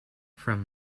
from